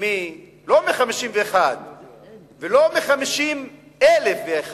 לא מ-51 ולא מ-50,001,